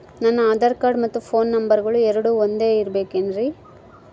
ನನ್ನ ಆಧಾರ್ ಕಾರ್ಡ್ ಮತ್ತ ಪೋನ್ ನಂಬರಗಳು ಎರಡು ಒಂದೆ ಇರಬೇಕಿನ್ರಿ?